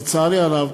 לצערי הרב,